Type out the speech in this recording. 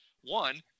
One